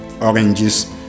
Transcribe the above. oranges